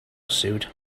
suit